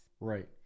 Right